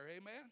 Amen